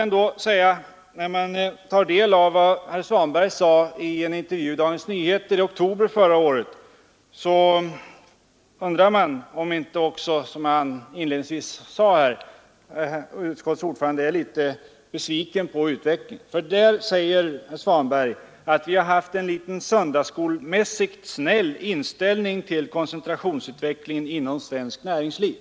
När man tar del av vad herr Svanberg sade i en intervju i Dagens Nyheter i oktober förra året, så undrar man om inte också, som jag här inledningsvis sade, utskottets ordförande är litet besviken på utvecklingen. Herr Svanberg säger i denna intervju att vi har en litet söndagsskolmässigt snäll inställning till koncentrationsutvecklingen inom svenskt näringsliv.